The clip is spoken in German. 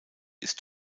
ist